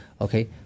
Okay